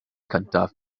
cyntaf